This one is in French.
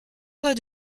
pas